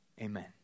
amen